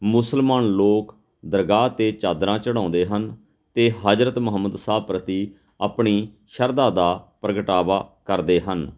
ਮੁਸਲਮਾਨ ਲੋਕ ਦਰਗਾਹ 'ਤੇ ਚਾਦਰਾਂ ਚੜ੍ਹਾਉਂਦੇ ਹਨ ਅਤੇ ਹਜਰਤ ਮੁਹੰਮਦ ਸਾਹਿਬ ਪ੍ਰਤੀ ਆਪਣੀ ਸ਼ਰਧਾ ਦਾ ਪ੍ਰਗਟਾਵਾ ਕਰਦੇ ਹਨ